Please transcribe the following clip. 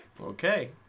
Okay